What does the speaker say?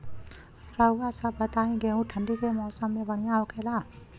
रउआ सभ बताई गेहूँ ठंडी के मौसम में बढ़ियां होखेला?